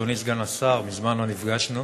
אדוני סגן השר, מזמן לא נפגשנו.